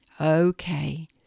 Okay